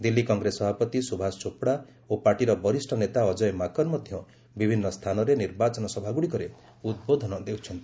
ଦିଲ୍ଲୀ କଂଗ୍ରେସ ସଭାପତି ସୁଭାଷ ଚୋପଡ଼ା ଓ ପାର୍ଟିର ବରିଷ୍ଠ ନେତା ଅଜୟ ମାକନ ମଧ୍ୟ ବିଭିନ୍ନ ସ୍ଥାନରେ ନିର୍ବାଚନ ସଭାଗୁଡ଼ିକରେ ଉଦ୍ବୋଧନ ଦେଉଛନ୍ତି